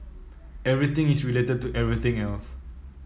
everything is related to everything else